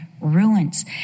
ruins